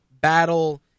battle